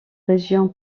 région